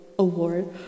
Award